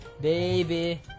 Baby